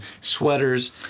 sweaters